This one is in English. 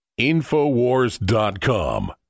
Infowars.com